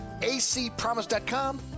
acpromise.com